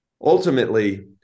Ultimately